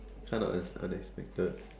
kind of un~ unexpected